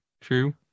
true